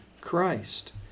Christ